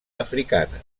africana